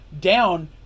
down